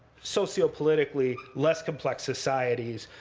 sociopolitically less complex societies,